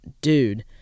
dude